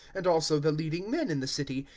and also the leading men in the city,